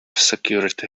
security